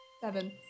seven